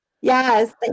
Yes